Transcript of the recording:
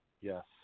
Yes